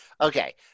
Okay